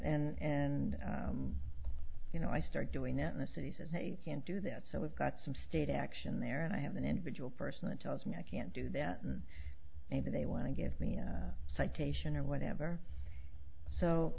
it and then you know i start doing it in the cities and i can't do that so we've got some state action there and i have an individual person that tells me i can't do that and maybe they want to give me a citation or whatever so